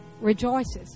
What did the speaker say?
rejoices